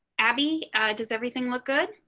abby does everything look good.